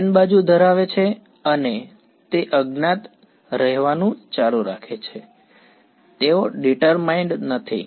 n બાજુ ધરાવે છે અને તે અજ્ઞાત અજ્ઞાત રહેવાનું ચાલુ રાખે છે તેઓ ડીટર્માઇંડ નથી